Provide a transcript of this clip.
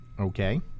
Okay